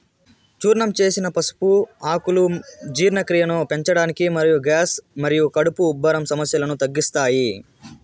చూర్ణం చేసిన పసుపు ఆకులు జీర్ణక్రియను పెంచడానికి మరియు గ్యాస్ మరియు కడుపు ఉబ్బరం సమస్యలను తగ్గిస్తాయి